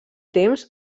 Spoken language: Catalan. temps